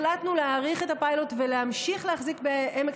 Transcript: החלטנו להאריך את הפיילוט: להמשיך להחזיק בעמק